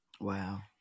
wow